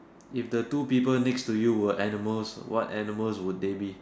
if the two people next to you were animals what animals would they be